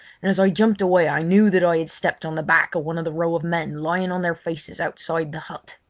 and as i jumped away i knew that i had stepped on the back of one of the row of men lying on their faces outside the hut.